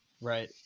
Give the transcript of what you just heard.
Right